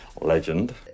Legend